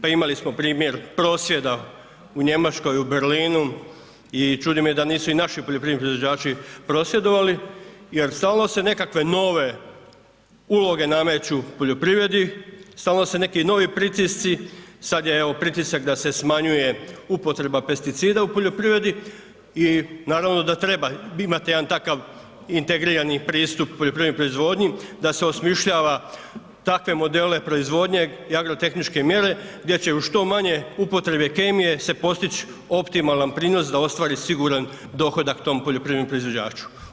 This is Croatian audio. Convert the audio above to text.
Pa imali smo primjer prosvjeda u Njemačkoj, u Berlinu i čudi me da nisu i naši poljoprivredni proizvođači prosvjedovali jer stalno se nekakve nove uloge nameću poljoprivredi, stalno su neki novi pritisci, sad je evo pritisak da se smanjuje upotreba pesticida u poljoprivredi i naravno da treba imat jedan takav integrirani pristup poljoprivrednoj proizvodnji, da se osmišljava takve modele proizvodnje i agrotehničke mjere gdje će uz što manje upotrebe kemije se postić optimalan prinos da ostvari siguran dohodak tom poljoprivrednom proizvođaču.